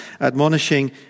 admonishing